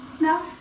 No